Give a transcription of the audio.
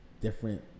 different